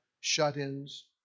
shut-ins